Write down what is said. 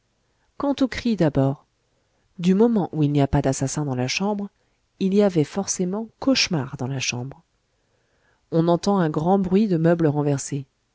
quant aux cris d'abord du moment où il n'y a pas d'assassin dans la chambre il y avait forcément cauchemar dans la chambre on entend un grand bruit de meubles renversés